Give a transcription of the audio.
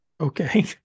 Okay